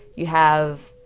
you have